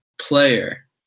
player